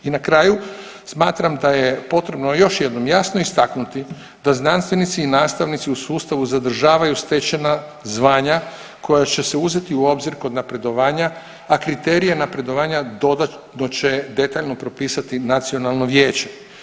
I na kraju, smatram da je potrebno još jednom jasno istaknuti da znanstvenici i nastavnici u sustavu zadržavaju stečena zvanja koja će se uzeti u obzir kod napredovanja, a kriterije napredovanja dodatno će detaljno propisati nacionalno vijeće.